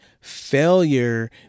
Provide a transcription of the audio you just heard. Failure